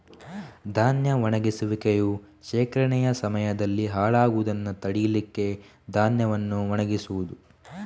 ಧಾನ್ಯ ಒಣಗಿಸುವಿಕೆಯು ಶೇಖರಣೆಯ ಸಮಯದಲ್ಲಿ ಹಾಳಾಗುದನ್ನ ತಡೀಲಿಕ್ಕೆ ಧಾನ್ಯವನ್ನ ಒಣಗಿಸುದು